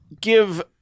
give